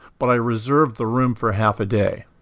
but i reserved the room for half a day.